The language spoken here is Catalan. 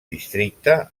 districte